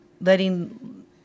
letting